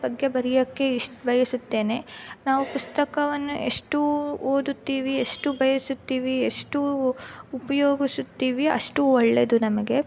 ಬಗ್ಗೆ ಬರೆಯಕ್ಕೆ ಇಷ್ ಬಯಸುತ್ತೇನೆ ನಾವು ಪುಸ್ತಕವನ್ನು ಎಷ್ಟು ಓದುತ್ತೀವಿ ಎಷ್ಟು ಬಯಸುತ್ತೀವಿ ಎಷ್ಟು ಉಪಯೋಗಿಸುತ್ತೀವಿ ಅಷ್ಟು ಒಳ್ಳೆಯದು ನಮಗೆ